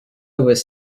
was